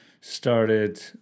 started